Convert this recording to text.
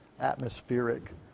atmospheric